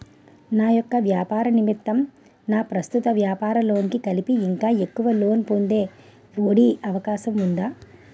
నా యెక్క వ్యాపార నిమిత్తం నా ప్రస్తుత వ్యాపార లోన్ కి కలిపి ఇంకా ఎక్కువ లోన్ పొందే ఒ.డి అవకాశం ఉందా?